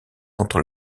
contre